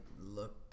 look